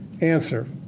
Answer